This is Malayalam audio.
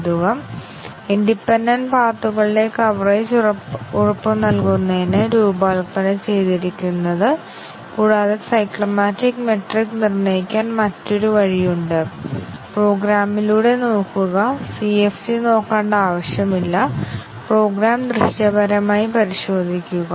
അതിനാൽ A യ്ക്കുള്ള ടെസ്റ്റ് കേസ് ജോഡി 1 ഉം 3 ഉം ആണെങ്കിൽ രണ്ടും മൂന്നും വിലയിരുത്തുമ്പോൾ നമുക്ക് ആദ്യത്തെ ആറ്റോമിക് കണ്ടീഷൻ A യ്ക്ക് സ്വതന്ത്രമായ വിലയിരുത്തൽ നേടാൻ കഴിയില്ലെന്നും ഒന്ന് തീർച്ചയായും നേടും എന്നു ഞങ്ങൾ പരിശോധിക്കും